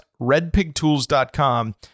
redpigtools.com